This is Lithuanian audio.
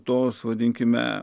tos vadinkime